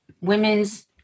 Women's